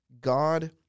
God